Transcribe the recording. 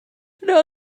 now